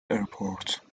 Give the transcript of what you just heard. airport